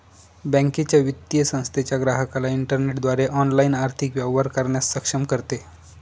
बँकेच्या, वित्तीय संस्थेच्या ग्राहकाला इंटरनेटद्वारे ऑनलाइन आर्थिक व्यवहार करण्यास सक्षम करते